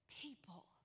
people